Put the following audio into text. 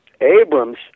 Abrams